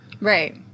Right